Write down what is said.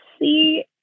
see